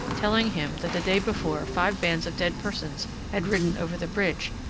telling him that the day before five bands of dead persons had ridden over the bridge,